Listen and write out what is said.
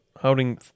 Holding